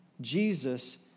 Jesus